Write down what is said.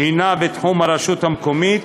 שהיא בתחום הרשות המקומית,